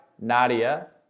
Nadia